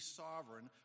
sovereign